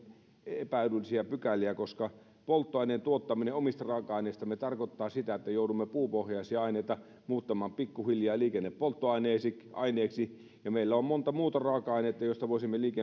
epäedullisia pykäliä koska polttoaineen tuottaminen omista raaka aineistamme tarkoittaa sitä että joudumme puupohjaisia aineita muuttamaan pikkuhiljaa liikennepolttoaineiksi ja meillä on monta muuta raaka ainetta joista voisimme